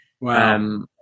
Wow